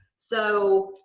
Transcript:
so,